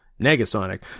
Negasonic